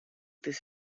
this